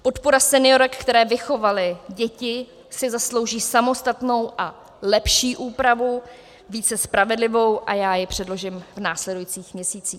Podpora seniorek, které vychovaly děti, si zaslouží samostatnou a lepší úpravu, více spravedlivou, a já ji předložím v následujících měsících.